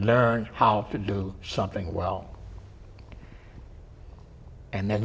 learned how to do something well and the